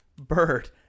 bird